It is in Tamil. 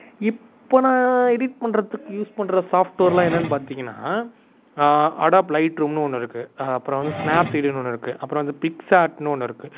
இப்போது நான் எடிட் பண்ணுறதுக்கு யூஸ் பண்ணுற சாஃப்ட்வேர்லாம் என்னென்னு பார்த்தீங்கன்னா நான் அடாப் லைட் ரூம்னு ஒன்று இருக்குது அப்புறம் வந்து ஸ்நேப்சீடுன்னு ஒன்று இருக்குது அப்புறம் அந்த பிக்ஸ்ஆர்ட்னு ஒன்று இருக்குது